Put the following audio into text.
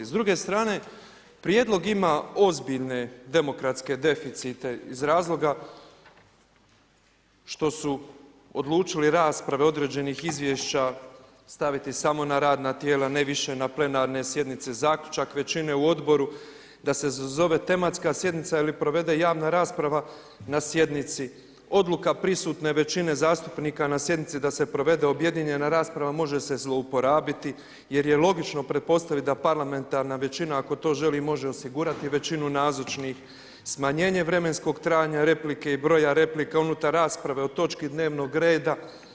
S druge strane prijedlog ima ozbiljne demokratske deficite iz razloga što su odlučili rasprave određenih izvješća staviti samo na radna tijela, ne više na plenarne sjednice, zaključak većine u odboru da se sazove tematska sjednica ili provede javna rasprava na sjednici, odluka prisutne većine zastupnika na sjednici da se provede objedinjena rasprava, može se zlouporabiti jer je logično pretpostaviti da parlamentarna većina ako to želi i može osigurati većinu nazočnih, smanjenje vremenskog trajanja replike i broja replika unutar rasprave o točki dnevnog reda.